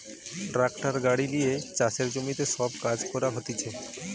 tractor গাড়ি লিয়ে চাষের জমিতে সব কাজ করা হতিছে